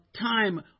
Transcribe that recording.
time